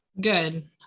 Good